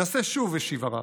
נסה שוב, השיב הרב.